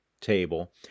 table